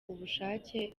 ubushake